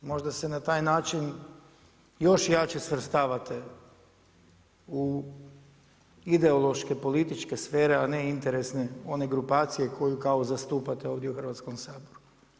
Možda se na taj način još jače svrstavate u ideološke političke sfere a ne interesne one grupacije koju kao zastupate ovdje u Hrvatskom saboru.